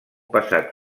passat